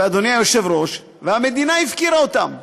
אדוני היושב-ראש, והמדינה הפקירה אותם.